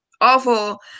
awful